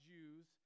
Jews